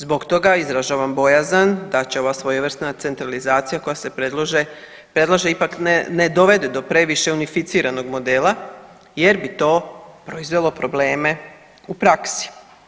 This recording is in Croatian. Zbog toga izražavam bojazan da će ova svojevrsna centralizacija koja se predlaže ipak ne dovede do previše unificiranog modela jer bi to proizvelo probleme u praksi.